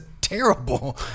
terrible